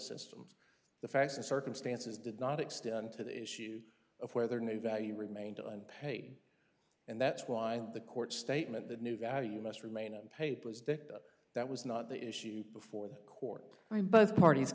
systems the facts and circumstances did not extend to the issue of whether new value remain to unpaid and that's why the court statement that new value must remain on paper is dicta that was not the issue before the court when both parties